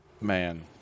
Man